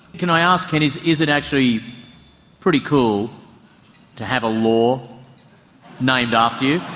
can i ask, ken, is is it actually pretty cool to have a law named after you?